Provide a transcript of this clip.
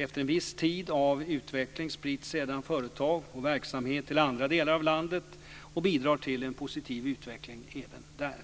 Efter en viss tid av utveckling sprids sedan företag och verksamheter till andra delar av landet och bidrar till en positiv utveckling även där.